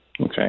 Okay